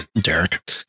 Derek